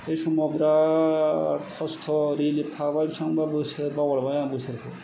बै समाव बिराद खस्त' रिलिफ थाबाय बेसेबांबा बोसोर बावलांबाय आं बोसोरखौ